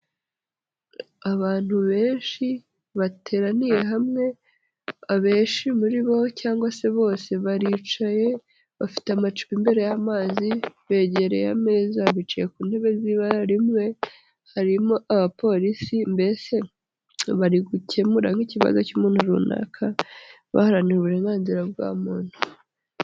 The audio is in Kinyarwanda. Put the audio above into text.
Abantu benshi bateraniye hamwe, abenshi muri bo cyangwa se bose baricaye bafite amacupa imbere y'amazi begereye ameza bicaye ku ntebe z'ibara rimwe harimo abapolisi mbese bari gukemura nk'ikibazo cy'umuntu runaka baharanira uburenganzira bwa muntu.